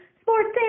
sports